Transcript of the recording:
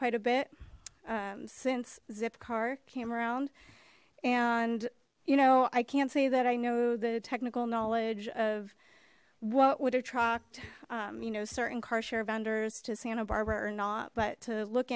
quite a bit since zipcar came around and you know i can't say that i know the technical knowledge of what would attract you know certain car share vendors to santa barbara or not but to look